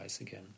again